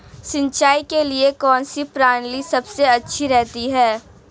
सिंचाई के लिए कौनसी प्रणाली सबसे अच्छी रहती है?